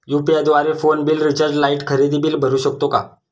UPI द्वारे phone bill, recharge, light, खरेदी bill भरू शकतो का?